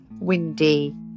windy